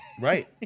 Right